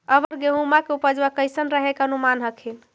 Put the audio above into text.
अबर गेहुमा के उपजबा कैसन रहे के अनुमान हखिन?